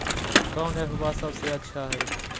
कौन एप्पबा सबसे अच्छा हय?